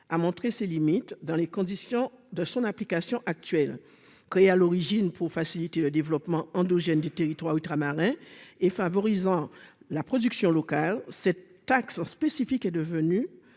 a montré ses limites dans les conditions de son application actuelle. Créée à l'origine pour faciliter le développement endogène des territoires ultramarins en favorisant la production locale, cette taxe spécifique est devenue